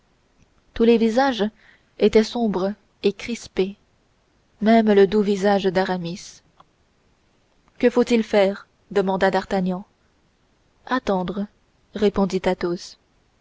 tous les visages étaient sombres et crispés même le doux visage d'aramis que faut-il faire demanda d'artagnan attendre